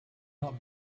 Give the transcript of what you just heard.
not